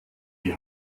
die